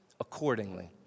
accordingly